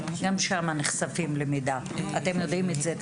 גם שם נחשפים למידע ואתם יודעים את זה.